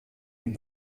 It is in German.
ihm